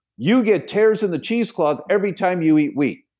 you get tears in the cheese cloth every time you eat wheat.